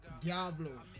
Diablo